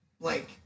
Blake